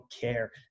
care